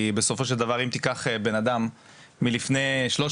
בסופו של דבר אם תיקח בנאדם מלפני שלוש